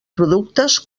productes